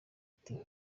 ati